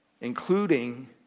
including